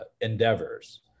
endeavors